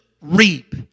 reap